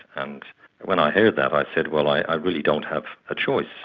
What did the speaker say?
and when i heard that i said, well, i i really don't have a choice,